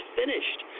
finished